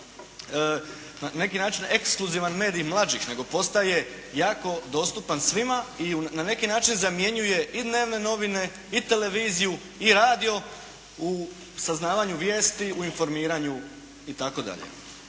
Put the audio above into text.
na neki način ekskluzivan medij mlađih nego postaje jako dostupan svima i na neki način zamjenjuje i dnevne novine i televiziju i radio u saznavanju vijesti, u informiranju itd.